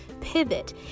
pivot